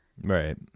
right